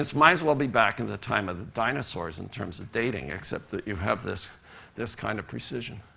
this might as well be back in the time of the dinosaurs in terms of dating except that you have this this kind of precision.